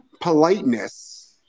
politeness